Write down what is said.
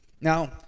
now